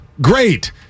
Great